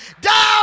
down